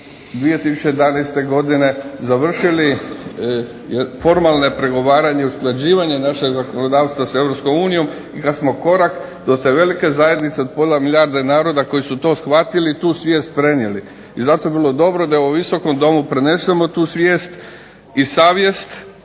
2011. godine završili formalno pregovaranje i usklađivanje našeg zakonodavstva s EU i da smo korak do te velike zajednice od pola milijarde naroda koji su to shvatili i tu svijest prenijeli. I zato bi bilo dobro da i u ovom Visokom domu prenesemo tu svijest i savjest